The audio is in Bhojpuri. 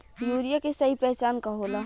यूरिया के सही पहचान का होला?